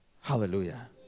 Hallelujah